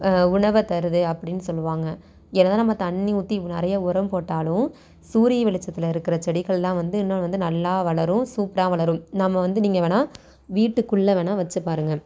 உணவை தருது அப்படினு சொல்லுவாங்க என்ன தான் நம்ம தண்ணி ஊற்றி நிறையா உரம் போட்டாலும் சூரிய வெளிச்சத்தில் இருக்கிற செடிகள்லாம் வந்து இன்னொன்று வந்து நல்லா வளரும் சூப்பராக வளரும் நம்ம வந்து நீங்கள் வேணா வீட்டுக்குள்ளே வேணா வச்சு பாருங்கள்